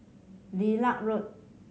Lilac Road